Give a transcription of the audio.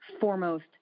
foremost